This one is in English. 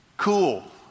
cool